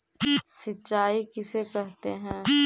सिंचाई किसे कहते हैं?